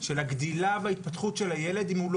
של הגדילה וההתפתחות של הילד אם הוא לא